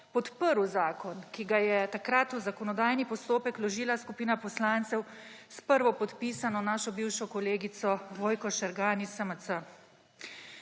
podprl zakon, ki ga je takrat v zakonodajni postopek vložila skupina poslancev s prvopodpisano našo bivšo kolegico Vojko Šergan iz SMC.